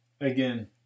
again